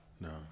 No